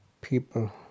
people